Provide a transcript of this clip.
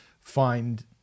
find